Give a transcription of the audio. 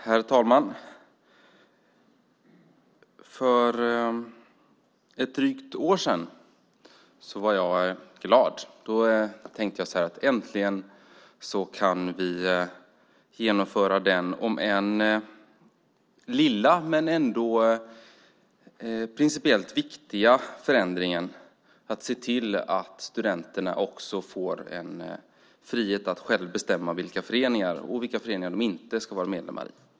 Herr talman! För drygt ett år sedan var jag glad och tänkte: Äntligen kan vi genomföra den visserligen lilla men principiellt viktiga förändringen att se till att studenterna också får en frihet att själva bestämma vilka föreningar de ska och inte ska vara medlemmar i.